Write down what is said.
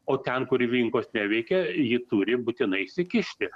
o ten kur rinkos neveikia ji turi būtinai įsikišti